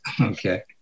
Okay